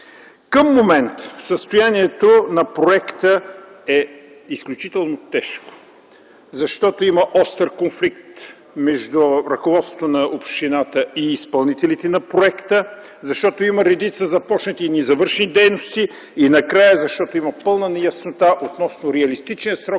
Към момента състоянието на проекта е изключително тежко, защото има остър конфликт между ръководството на общината и изпълнителите на проекта, защото има редица започнати и незавършени дейности, и накрая, защото има пълна неяснота относно реалистичния срок